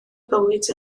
bywyd